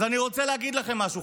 אז אני רוצה להגיד לכם משהו,